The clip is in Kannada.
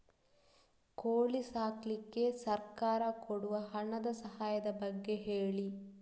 ಕೋಳಿ ಸಾಕ್ಲಿಕ್ಕೆ ಸರ್ಕಾರ ಕೊಡುವ ಹಣದ ಸಹಾಯದ ಬಗ್ಗೆ ಹೇಳಿ